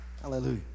Hallelujah